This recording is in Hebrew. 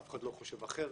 אף אחד לא חושב אחרת,